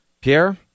Pierre